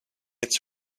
its